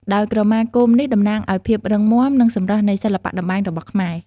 ដោយក្រមាគោមនេះតំណាងឱ្យភាពរឹងមាំ និងសម្រស់នៃសិល្បៈតម្បាញរបស់ខ្មែរ។